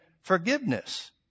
forgiveness